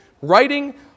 writing